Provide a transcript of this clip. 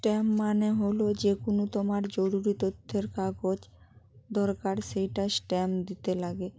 stamp মানে হলো যে কোনো তোমার জরুরি তথ্যের কাগজ দরকার সেটা স্ট্যাম্প দিতে লাগে